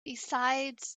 besides